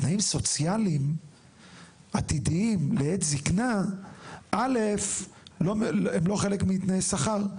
תנאים סוציאליים עתידיים לעת זקנה א' הם לא חלק מתנאי שכר.